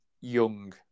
young